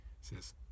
says